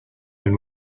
own